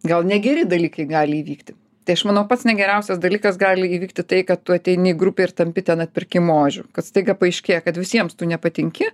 gal negeri dalykai gali įvykti tai aš manau pats negeriausias dalykas gali įvykti tai kad tu ateini į grupę ir tampi ten atpirkimo ožiu kad staiga paaiškėja kad visiems tu nepatinki